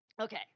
Okay